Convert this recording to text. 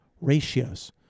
ratios